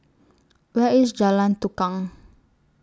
Where IS Jalan Tukang